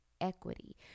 equity